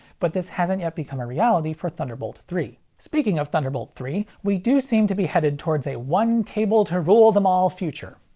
but this hasn't yet become a reality for thunderbolt three. speaking of thunderbolt three, we do seem to be headed towards a one cable to rule them all future.